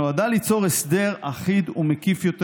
שנועדה ליצור הסדר אחיד ומקיף יותר